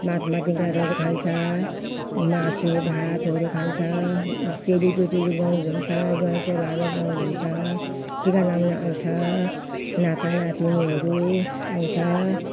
मात मात्ने कुरोहरू खान्छ मासु भातहरू खान्छ चेली बेटीहरू गाउँ घुम्छ जुवाइँ चेलाहरू गाउँ घुम्छ टिका लगाउन आउँछ नाता नातिनीहरू आउँछ